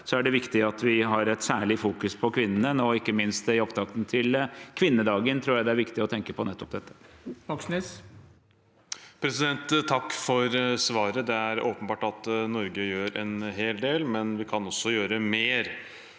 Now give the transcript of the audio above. er det viktig at vi har et særlig fokus på kvinnene. Ikke minst i opptakten til kvinnedagen tror jeg det er viktig å tenke på nettopp dette.